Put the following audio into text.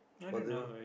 possible